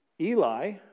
Eli